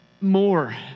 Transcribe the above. more